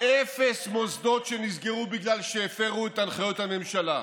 אפס מוסדות נסגרו בגלל שהפרו את הנחיות הממשלה.